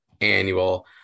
annual